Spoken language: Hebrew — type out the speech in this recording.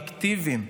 אקטיביים,